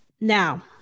now